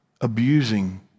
abusing